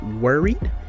worried